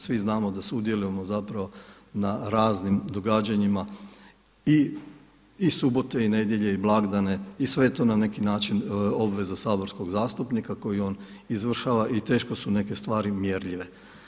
Svi znamo da sudjelujemo zapravo na raznim događanjima i subote i nedjelje i blagdane i sve je to na neki način obveza saborskog zastupnika koju on izvršava i teško su neke stvari mjerljive.